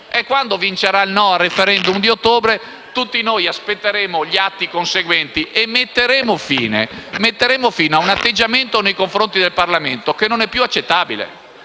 Quando vincerà il no al *referendum* di ottobre, tutti noi aspetteremo gli atti conseguenti e metteremo fine a un atteggiamento nei confronti del Parlamento che non è più accettabile.